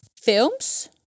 films